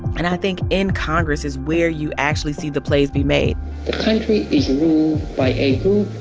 and i think in congress is where you actually see the plays be made the country is ruled by a